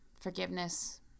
forgiveness